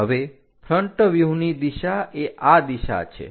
હવે ફ્રન્ટ વ્યૂહની દિશા એ આ દિશા છે